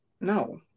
no